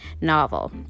novel